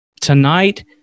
tonight